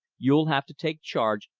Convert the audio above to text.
you'll have to take charge,